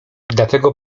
dlatego